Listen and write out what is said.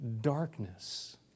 darkness